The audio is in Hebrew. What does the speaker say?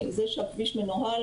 זה שהכביש מנוהל,